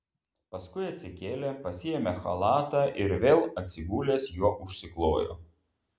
paskui atsikėlė pasiėmė chalatą ir vėl atsigulęs juo užsiklojo